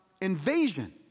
invasion